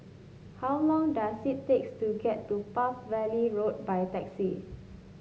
how long does it takes to get to Palm Valley Road by taxi